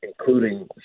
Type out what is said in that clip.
including